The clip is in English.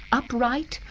upright,